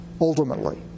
ultimately